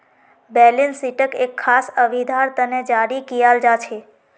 balance शीटक एक खास अवधिर तने जारी कियाल जा छे